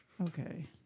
Okay